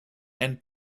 and